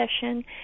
session